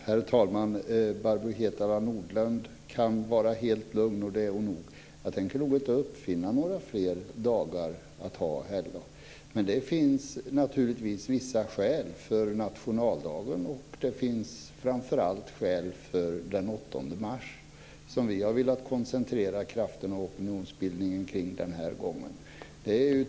Herr talman! Barbro Hietala Nordlund kan vara helt lugn, och det är hon nog. Jag tänker nog inte uppfinna några fler helgdagar. Men det finns naturligtvis vissa skäl för nationaldagen, och det finns framför allt skäl för den 8 mars som vi har velat koncentrera krafterna och opinionsbildningen på den här gången.